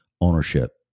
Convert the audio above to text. ownership